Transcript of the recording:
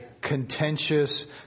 contentious